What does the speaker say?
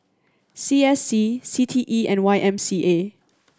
C S C C T E and Y M C A